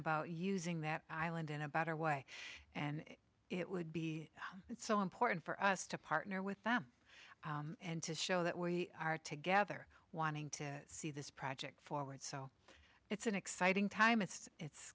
about using that island in a better way and it would be so important for us to partner with them and to show that we are together wanting to see this project forward so it's an exciting time it's it's